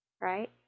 right